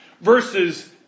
versus